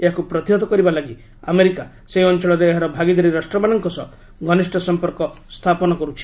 ଏହାକୁ ପ୍ରତିହତ କରିବାଲାଗି ଆମେରିକା ସେହି ଅଞ୍ଚଳରେ ଏହାର ଭାଗିଦାରୀ ରାଷ୍ଟ୍ରମାନଙ୍କ ସହ ଘନିଷ୍ଠ ସମ୍ପର୍କ ସ୍ଥାପନ କରୁଛି